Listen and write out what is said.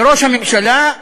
ראש הממשלה,